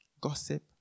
gossip